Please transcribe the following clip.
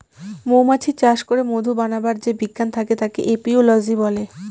মৌমাছি চাষ করে মধু বানাবার যে বিজ্ঞান থাকে তাকে এপিওলোজি বলে